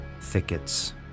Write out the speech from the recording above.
thickets